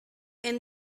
and